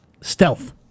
Stealth